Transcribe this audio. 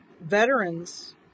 veterans